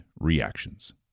reactions